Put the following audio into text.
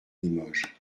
limoges